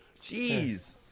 Jeez